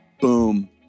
Boom